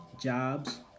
jobs